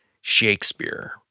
Shakespeare